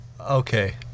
Okay